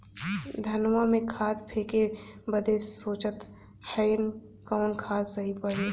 धनवा में खाद फेंके बदे सोचत हैन कवन खाद सही पड़े?